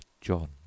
John